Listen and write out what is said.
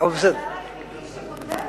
אתה השר היחידי שמודה,